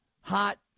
hot